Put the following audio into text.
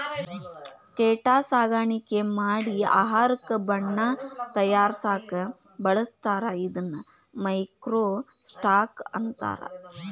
ಕೇಟಾ ಸಾಕಾಣಿಕೆ ಮಾಡಿ ಆಹಾರಕ್ಕ ಬಣ್ಣಾ ತಯಾರಸಾಕ ಬಳಸ್ತಾರ ಇದನ್ನ ಮೈಕ್ರೋ ಸ್ಟಾಕ್ ಅಂತಾರ